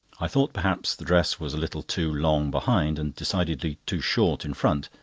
i thought perhaps the dress was a little too long behind, and decidedly too short in front,